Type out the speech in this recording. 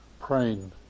praying